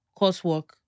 coursework